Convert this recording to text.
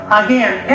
again